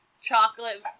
chocolate